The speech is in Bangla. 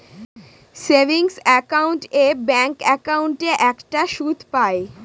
সেভিংস একাউন্ট এ ব্যাঙ্ক একাউন্টে একটা সুদ পাই